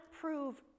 prove